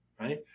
right